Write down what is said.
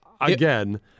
Again